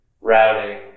routing